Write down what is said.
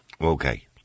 Okay